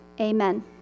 Amen